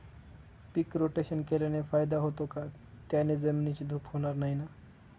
पीक rotation केल्याने फायदा होतो का? त्याने जमिनीची धूप होणार नाही ना?